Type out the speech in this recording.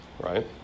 right